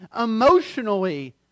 emotionally